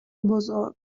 بزرگ